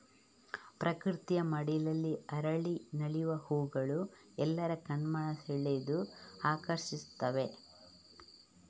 ಪ್ರಕೃತಿಯ ಮಡಿಲಲ್ಲಿ ಅರಳಿ ನಲಿವ ಹೂಗಳು ಎಲ್ಲರ ಕಣ್ಮನ ಸೆಳೆದು ಆಕರ್ಷಿಸ್ತವೆ